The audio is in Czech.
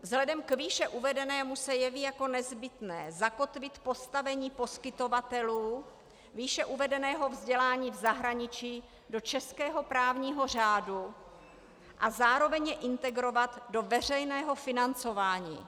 Vzhledem k výše uvedenému se jeví jako nezbytné zakotvit postavení poskytovatelů výše uvedeného vzdělání v zahraničí do českého právního řádu a zároveň je integrovat do veřejného financování.